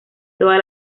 todas